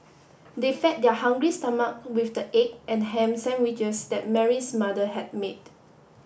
they fed their hungry stomach with the egg and ham sandwiches that Mary's mother had made